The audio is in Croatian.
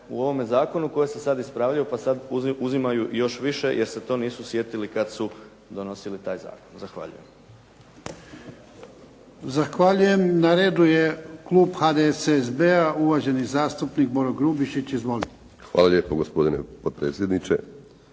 u ovome Zakonu koje se sada ispravljaju pa sada uzimaju još više jer se to nisu sjetili kada su donosili taj Zakon. Zahvaljujem. **Jarnjak, Ivan (HDZ)** Zahvaljujem. Na redu je Klub HDSSB-a uvaženi zastupnik Boro Grubišić. Izvolite. **Grubišić,